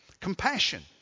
Compassion